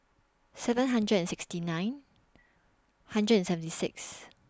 seven hundred and sixty nine hundred and seventy six